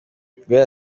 guhera